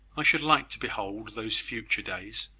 i should like to behold those future days.